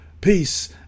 peace